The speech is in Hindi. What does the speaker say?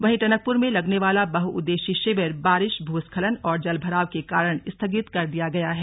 वहीं टनकपुर में लगने वाला बहुउद्देश्यीय शिविर बारिश भूस्खलन और जलभराव के कारण स्थगित कर दिया गया है